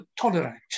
tolerant